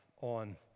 on